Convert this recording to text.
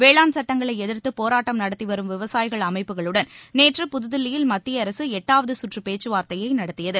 வேளாண் சட்டங்களை எதிர்த்து போராட்டம் நடத்தி வரும் விவசாயிகள் அமைப்புகளுடன் நேற்று புதுதில்லியில் மத்திய அரசு எட்டாவது சுற்று பேச்சுவார்த்தையை நடத்தியது